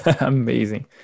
amazing